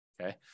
Okay